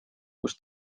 kus